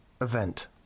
event